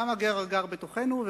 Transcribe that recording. גם הגר הגר בתוכנו,